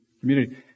community